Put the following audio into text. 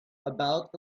about